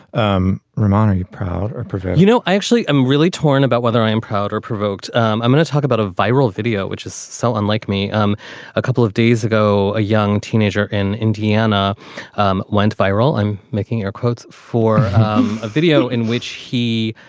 um ramona are you proud or present you know i actually i'm really torn about whether i am proud or provoked um i'm going to talk about a viral video which is so unlike me um a couple of days ago a young teenager in indiana um went viral and making air quotes for um a video in which he